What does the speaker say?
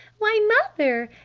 why mother,